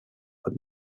had